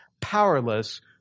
powerless